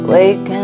Waking